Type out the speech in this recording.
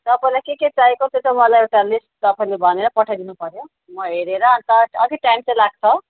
तपाईँलाई के के चाहिएको त्यो चाहिँ मलाई एउटा लिस्ट तपाईँले भनेर पठाइदिनु पऱ्यो म हेरेर अन्त अलिक टाइम चाहिँ लाग्छ